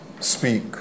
speak